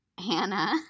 Hannah